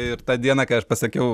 ir tą dieną kai aš pasakiau